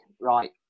Right